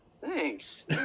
Thanks